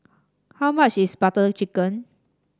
how much is Butter Chicken